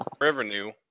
Revenue